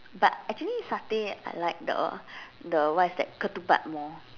but actually satay I like the the what's that the ketupat more